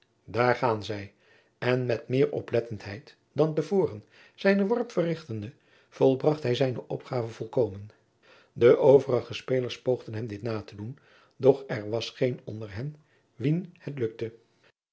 daar gaan zij en met meer oplettenheid dan te voren zijnen worp verrichtende volbracht hij zijne opgave volkomen de overige spelers poogden hem dit na te doen doch er was er geen onder hen wien het gelukte